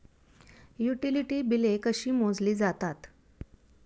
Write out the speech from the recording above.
Utility बिले कशी मोजली जातात?